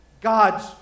God's